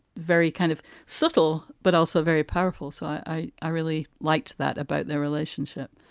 very kind of subtle, but also very powerful. so i i really liked that about their relationship.